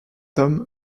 homme